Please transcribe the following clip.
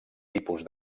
tipus